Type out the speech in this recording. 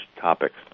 topics